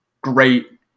great